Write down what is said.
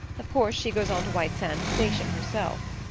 of course she goes on to white sands station herself.